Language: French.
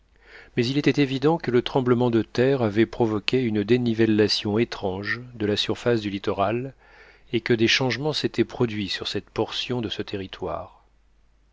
mais il était évident que le tremblement de terre avait provoqué une dénivellation étrange de la surface du littoral et que des changements s'étaient produits sur cette portion de ce territoire